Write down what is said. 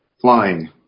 Flying